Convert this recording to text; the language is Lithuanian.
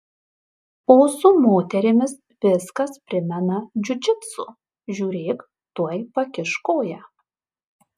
o su moterimis viskas primena džiudžitsu žiūrėk tuoj pakiš koją